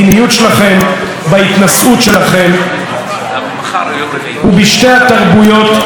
בהתנשאות שלכם ובשתי התרבויות שיצרתם כאן,